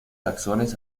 taxones